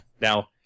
Now